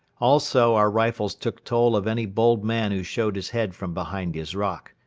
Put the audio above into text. also our rifles took toll of any bold man who showed his head from behind his rock.